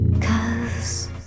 cause